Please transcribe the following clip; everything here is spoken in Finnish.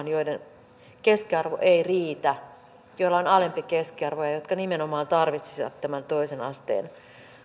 joiden keskiarvo ei riitä joilla on alempi keskiarvo ja jotka nimenomaan tarvitsisivat tämän toisen asteen